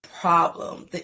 problem